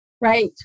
Right